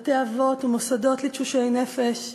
בתי-אבות ומוסדות לתשושי נפש,